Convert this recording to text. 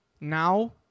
now